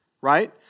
right